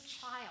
child